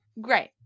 Great